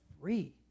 free